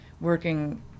working